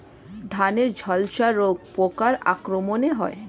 ধানের ঝলসা রোগ পোকার আক্রমণে হয়?